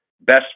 best